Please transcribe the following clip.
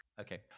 Okay